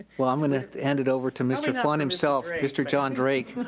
well, i'm gonna hand it over to mr. fun himself, mr. john drake.